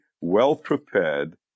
well-prepared